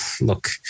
look